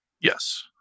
Yes